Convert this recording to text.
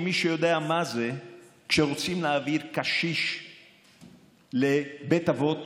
למי שיודע מה זה: כשרוצים להעביר קשיש לבית אבות